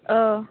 ओ